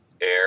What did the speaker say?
air